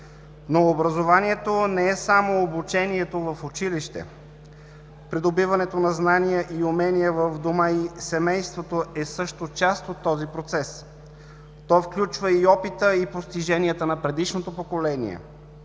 Образованието не е само обучението в училище. Придобиването на знания и умения в дома и семейството е също част от този процес. То включва и опита, и постиженията на предишното поколение,